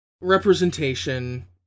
representation